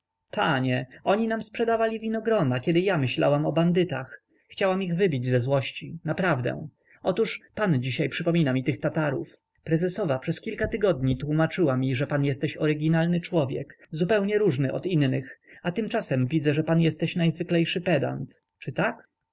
panie oni nam sprzedawali winogrona kiedy ja myślałam o bandytach chciałam ich wybić ze złości naprawdę otóż pan dzisiaj przypomniał mi tych tatarów prezesowa przez kilka tygodni tłómaczyła mi że pan jesteś oryginalny człowiek zupełnie różny od innych a tymczasem widzę że pan jesteś najzwyklejszy pedant czy tak